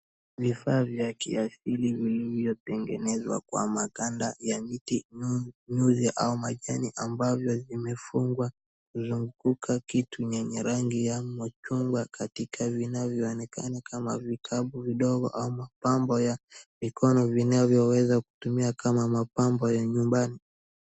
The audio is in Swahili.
Vifaa vya kiasili valivyo tengenezwa kwa mikada ya miti ,nyuzi au majani, ambavyo vimefungwa kuzunguka kitu yenye rangi ya machungwa. Katika vinavyo onekana kama vikapu vidogo ama pambo ya mikono ambavyo vinaweza tumika kama mapambo ya nyumbani.